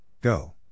Go